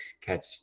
catch